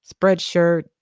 Spreadshirt